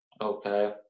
Okay